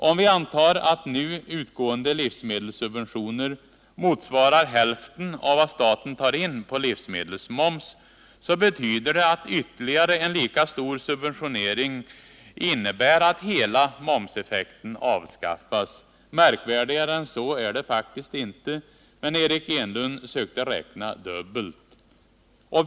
Om vi antar att nu utgående livsmedelssubventioner motsvarar hälften av vad staten tar in på livsmedelsmoms, betyder det att ytterligare en lika stor subventionering innebär att hela momseffekten avskaffas. Märkvärdigare än så är det faktiskt inte, men Eric Enlund sökte räkna dubbelt.